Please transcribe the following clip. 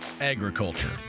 agriculture